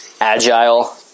Agile